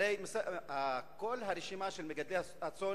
הרי כל הרשימה של מגדלי הצאן